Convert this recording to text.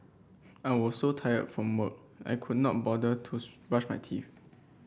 I was so tired from work I could not bother to brush my teeth